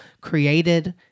created